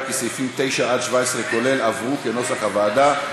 סעיפים 9 17, כולל, עברו כנוסח הוועדה.